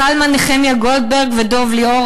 זלמן נחמיה גולדברג ודב ליאור,